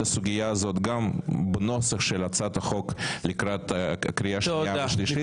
הסוגיה הזאת גם בנוסח של הצעת החוק לקראת קריאה שנייה ושלישית.